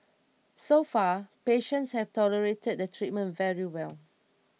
so far patients have tolerated the treatment very well